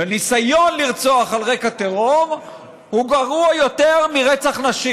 ניסיון לרצוח על רקע טרור הוא גרוע יותר מרצח נשים,